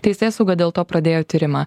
teisėsauga dėl to pradėjo tyrimą